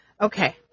Okay